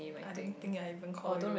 I don't think I even call you